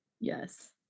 Yes